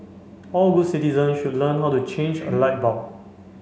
all good citizen should learn how to change a light bulb